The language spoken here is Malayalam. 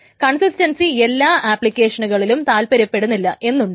കൺസിസ്റ്റൻസി എല്ലാ ആപ്ലിക്കേഷനുകളിലും താല്പര്യപ്പെടുന്നില്ല എന്നുണ്ടെങ്കിൽ